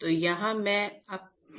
तो यहाँ मैं अपनी कक्षा रोक देता हूँ